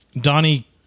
Donnie